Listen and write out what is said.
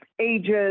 ages